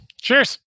Cheers